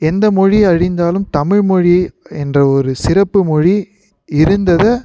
எந்த மொழி அழிந்தாலும் தமிழ்மொழி என்ற ஒரு சிறப்பு மொழி இருந்ததை